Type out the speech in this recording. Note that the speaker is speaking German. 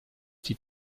die